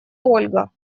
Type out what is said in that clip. ольга